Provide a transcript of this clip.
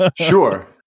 Sure